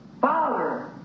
father